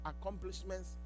accomplishments